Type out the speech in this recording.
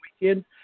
weekend